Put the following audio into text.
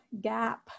gap